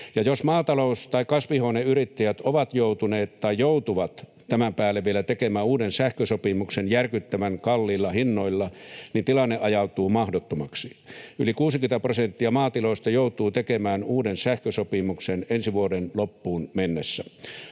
jos maatalous- tai kasvihuoneyrittäjät ovat joutuneet tai joutuvat tämän päälle vielä tekemään uuden sähkösopimuksen järkyttävän kalliilla hinnoilla, tilanne ajautuu mahdottomaksi. Yli 60 prosenttia maatiloista joutuu tekemään uuden sähkösopimuksen ensi vuoden loppuun mennessä.